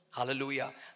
Hallelujah